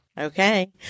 Okay